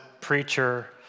preacher